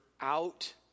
out